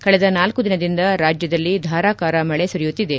ಕಳೆದ ನಾಲ್ಕು ದಿನದಿಂದ ರಾಜ್ಯದಲ್ಲಿ ಧಾರಾಕಾರ ಮಳೆ ಸುರಿಯುತ್ತಿದೆ